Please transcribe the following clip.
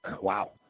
Wow